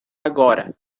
agora